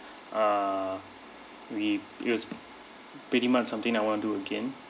uh we it was pretty much something that I want to do again